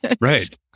Right